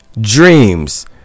dreams